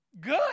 good